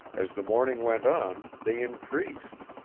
as the morning went on, they increased.